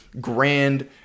grand